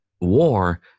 war